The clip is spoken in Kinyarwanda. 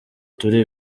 turi